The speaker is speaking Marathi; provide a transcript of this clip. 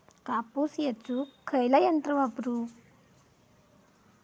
कापूस येचुक खयला यंत्र वापरू?